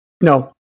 No